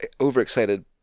overexcited